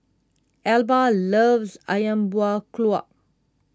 Elba loves Ayam Buah Keluak